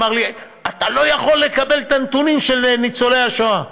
ואמר לי: אתה לא יכול לקבל את הנתונים של ניצולי השואה.